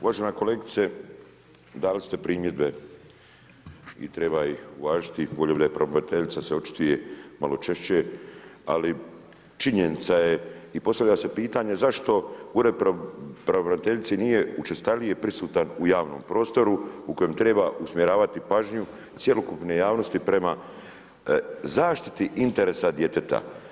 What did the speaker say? Uvažena kolegice, dali ste primjedbe i treba ih uvažiti i volio bih da se pravobraniteljica očituje malo češće, ali činjenica je i postavlja se pitanje zašto Ured pravobraniteljice nije učestalije prisutan u javnom prostoru u kojem treba usmjeravati pažnju cjelokupne javnosti prema zaštiti interesa djeteta.